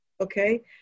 Okay